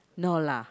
no lah